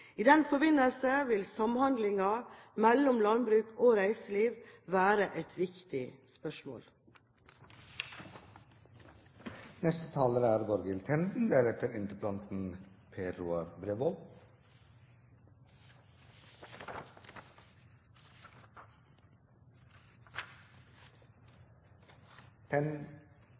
I den forbindelse vil samhandlingen mellom landbruk og reiseliv være et viktig